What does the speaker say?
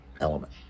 element